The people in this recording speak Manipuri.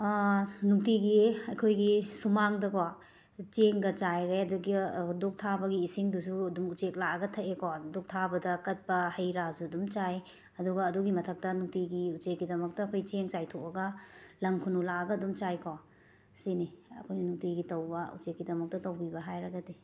ꯅꯨꯡꯇꯤꯒꯤ ꯑꯩꯈꯣꯏꯒꯤ ꯁꯨꯃꯥꯡꯗꯀꯣ ꯆꯦꯡꯒ ꯆꯥꯏꯔꯦ ꯑꯗꯨꯒ ꯙꯨꯛ ꯊꯥꯕꯒꯤ ꯏꯁꯤꯡꯗꯨꯁꯨ ꯑꯗꯨꯝ ꯎꯆꯦꯛ ꯂꯥꯛꯑꯒ ꯊꯛꯑꯦꯀꯣ ꯙꯨꯛ ꯊꯥꯕꯗ ꯀꯠꯄ ꯍꯩ ꯔꯥꯁꯨ ꯑꯗꯨꯝ ꯆꯥꯏ ꯑꯗꯨꯒ ꯑꯗꯨꯒꯤ ꯃꯊꯛꯇ ꯅꯨꯡꯇꯤꯒꯤ ꯎꯆꯦꯛꯀꯤꯗꯃꯛꯇ ꯑꯩꯈꯣꯏ ꯆꯦꯡ ꯆꯥꯏꯊꯣꯛꯑꯒ ꯂꯪ ꯈꯨꯅꯨ ꯂꯥꯛꯑꯒ ꯑꯗꯨꯝ ꯆꯥꯏꯀꯣ ꯁꯤꯅꯤ ꯑꯩꯈꯣꯏ ꯅꯨꯡꯇꯤꯒꯤ ꯇꯧꯕ ꯎꯆꯦꯛꯀꯤꯗꯃꯛꯇ ꯇꯧꯕꯤꯕ ꯍꯥꯏꯔꯒꯗꯤ